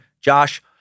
Josh